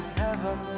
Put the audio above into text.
heaven